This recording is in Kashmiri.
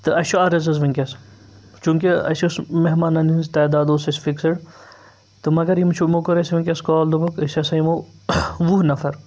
تہٕ اَسہِ چھُ عرض حظ وٕنۍکٮ۪س چوٗنٛکہِ اَسہِ ٲس مہمانَن ہٕنٛز تعداد اوس اَسہِ فِکسٕڈ تہٕ مگر یِم چھِ یِمو کوٚر اَسہِ وٕنۍکٮ۪س کال دوٚپُکھ أسۍ ہَسا یِمو وُہ نَفر